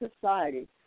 society